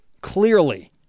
clearly